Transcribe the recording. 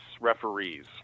referees